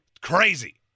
crazy